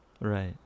right